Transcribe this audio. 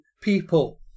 people